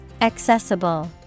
Accessible